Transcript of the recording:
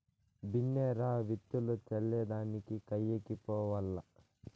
బిన్నే రా, విత్తులు చల్లే దానికి కయ్యకి పోవాల్ల